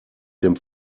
dem